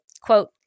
quote